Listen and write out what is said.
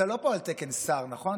אתה לא פה על תקן שר, נכון?